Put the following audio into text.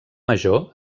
major